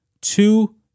two